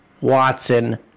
Watson